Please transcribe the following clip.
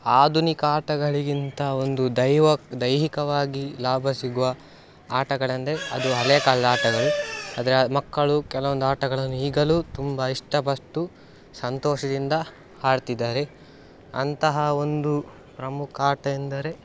ಆಧುನಿಕ ಆಟಗಳಿಗಿಂತ ಒಂದು ದೈವಕ್ ದೈಹಿಕವಾಗಿ ಲಾಭ ಸಿಗುವ ಆಟಗಳೆಂದರೆ ಅದು ಹಳೇ ಕಾಲದ ಆಟಗಳು ಅಂದರೆ ಮಕ್ಕಳು ಕೆಲವೊಂದು ಆಟಗಳನ್ನು ಈಗಲೂ ತುಂಬ ಇಷ್ಟ ಪಟ್ಟು ಸಂತೋಷದಿಂದ ಆಡ್ತಿದಾರೆ ಅಂತಹ ಒಂದು ಪ್ರಮುಖ ಆಟ ಎಂದರೆ